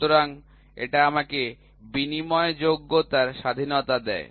সুতরাং এটা আমাকে বিনিময়যোগ্যতার স্বাধীনতা দেয়